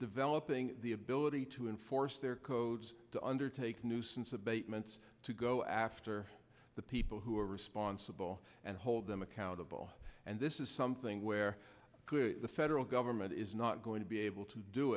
developing the ability to enforce their codes to undertake nuisance abatements to go after the people who are responsible and hold them accountable and this is something where the federal government is not going to be able to do